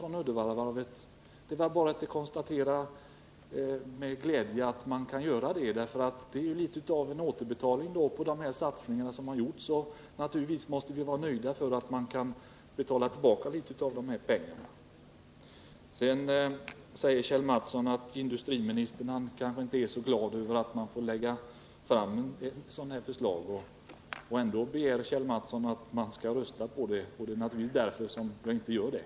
Ja, det är väl bara att konstatera med glädje att varvet kan göra det. Det är ju litet grand av en återbetalning på de satsningar som gjorts, och naturligtvis måste man vara nöjd med att företaget kan betala tillbaka litet av de pengarna. Kjell Mattsson säger att industriministern kanske inte är så glad över att få lägga fram ett sådant här förslag. Trots detta begär Kjell Mattsson att man skall rösta på förslaget. Men i stället är det naturligtvis därför jag inte gör det.